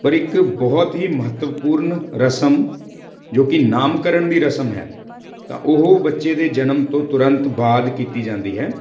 ਪਰ ਇੱਕ ਬਹੁਤ ਹੀ ਮਹੱਤਵਪੂਰਨ ਰਸਮ ਜੋ ਕਿ ਨਾਮਕਰਣ ਦੀ ਰਸਮ ਹੈ ਤਾਂ ਉਹ ਬੱਚੇ ਦੇ ਜਨਮ ਤੋਂ ਤੁਰੰਤ ਬਾਅਦ ਕੀਤੀ ਜਾਂਦੀ ਹੈ